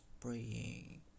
praying